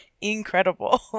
incredible